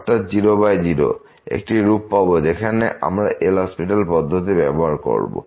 অর্থাৎ আমরা 00 একটি রূপ পাব যেখানে আমরা এল হসপিটাল পদ্ধতি ব্যবহার করব